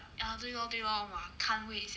ya 对 lor 对 lor !wah! can't wait sia